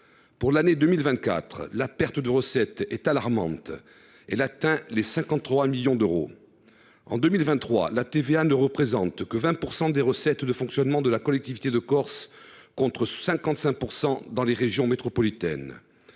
Pour l’année 2024, la perte de recettes est alarmante : elle atteint les 53 millions d’euros. En 2023, la TVA n’a représenté que 20 % des recettes de fonctionnement de la collectivité de Corse, contre 55 % dans les régions métropolitaines.